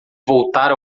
voltar